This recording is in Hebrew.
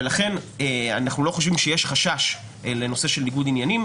ולכן אנחנו לא חושבים שיש חשש לניגוד עניינים.